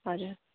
हजुर